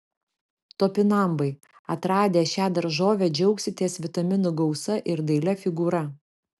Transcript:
topinambai atradę šią daržovę džiaugsitės vitaminų gausa ir dailia figūra